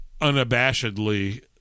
unabashedly